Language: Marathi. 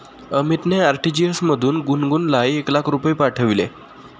अमितने आर.टी.जी.एस मधून गुणगुनला एक लाख रुपये पाठविले